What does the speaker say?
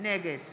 נגד